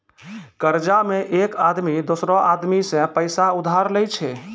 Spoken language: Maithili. कर्जा मे एक आदमी दोसरो आदमी सं पैसा उधार लेय छै